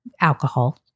alcohol